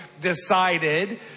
decided